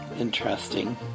interesting